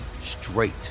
straight